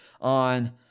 on